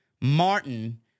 Martin